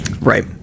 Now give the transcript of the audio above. Right